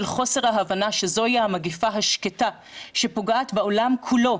של חוסר ההבנה שזוהי המגפה השקטה שפוגעת בעולם כולו,